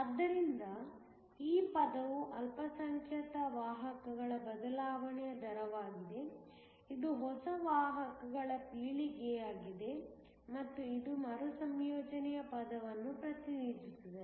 ಆದ್ದರಿಂದ ಈ ಪದವು ಅಲ್ಪಸಂಖ್ಯಾತ ವಾಹಕಗಳ ಬದಲಾವಣೆಯ ದರವಾಗಿದೆ ಇದು ಹೊಸ ವಾಹಕಗಳ ಪೀಳಿಗೆಯಾಗಿದೆ ಮತ್ತು ಇದು ಮರುಸಂಯೋಜನೆಯ ಪದವನ್ನು ಪ್ರತಿನಿಧಿಸುತ್ತದೆ